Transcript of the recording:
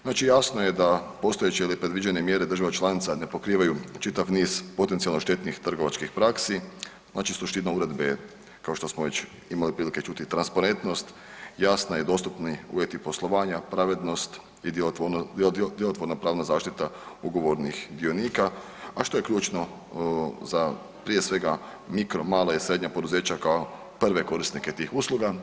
Znači jasno je da postojeće ili predviđene mjere država članica ne pokrivaju čitav niz potencijalno štetnih trgovačkih praksi, znači suština uredbe je kao što smo već imali prilike čuti transparentnost, jasni i dostupni uvjeti poslovanja, pravednost i djelotvorna pravna zaštita ugovornih dionika, a što je ključno za prije svega mikro, mala i srednja poduzeća kao prve korisnike tih usluga.